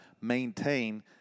maintain